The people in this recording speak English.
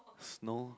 snow